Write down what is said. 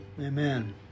Amen